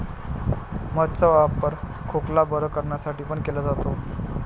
मध चा वापर खोकला बरं करण्यासाठी पण केला जातो